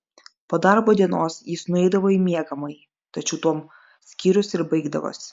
po darbo dienos jis nueidavo į miegamąjį tačiau tuom skyrius ir baigdavosi